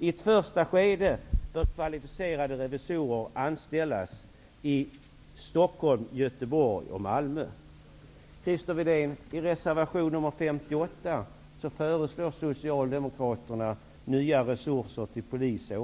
I ett första skede bör kvalificerade revisorer anställas i Stockholm, Om ni tillstyrker det, så tillstyrker ni en av punkterna i JUSEK:s program, vilket Christer Windén så